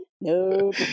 Nope